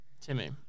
Timmy